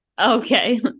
Okay